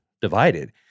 divided